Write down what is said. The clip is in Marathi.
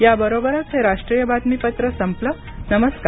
याबरोबरच हे राष्ट्रीय बातमीपत्र संपलं नमस्कार